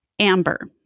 Amber